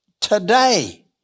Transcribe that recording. today